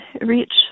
reach